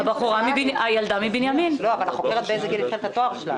עכשיו לגבי הפריפריה.